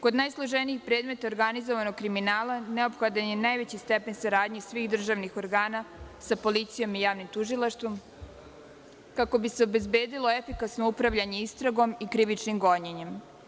Kod najsloženijih predmeta organizovanog kriminala neophodan je najveći stepen saradnje i svih državnih organa sa policijom i javnim tužilaštvom kako bi se obezbedilo efikasno upravljanje istragom i krivičnim gonjenjem.